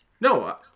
No